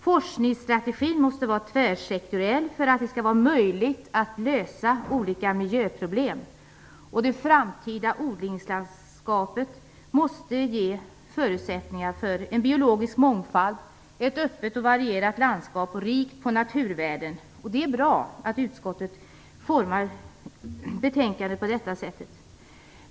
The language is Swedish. Forskningsstrategin måste vara tvärsektoriell för att göra det möjligt att lösa olika miljöproblem. Det framtida odlingslandskapet måste ge förutsättningar för en biologisk mångfald och ett öppet och varierat landskap, rikt på naturvärden. Det är bra att utskottet formar betänkandet på detta sätt.